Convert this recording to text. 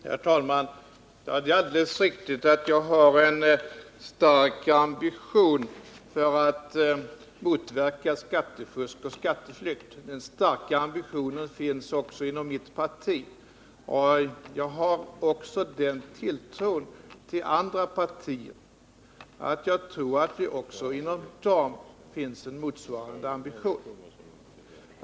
Herr talman! Det är alldeles riktigt att jag har en stark ambition att motverka skattefusk och skatteflykt. Den starka ambitionen finns också inom mitt parti. Jag har även tilltron till andra partier, att det inom dem finns en motsvarande ambition.